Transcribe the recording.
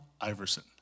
Iverson